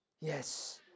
yes